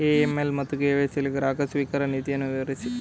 AML ಮತ್ತು KYC ಯಲ್ಲಿ ಗ್ರಾಹಕ ಸ್ವೀಕಾರ ನೀತಿಯನ್ನು ವಿವರಿಸಿ?